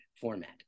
format